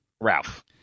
Ralph